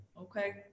okay